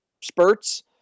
spurts